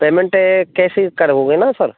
payment cash करोगे न sir